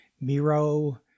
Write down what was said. Miro